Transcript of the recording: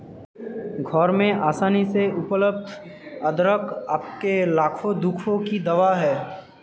घर में आसानी से उपलब्ध अदरक आपके लाखों दुखों की दवा है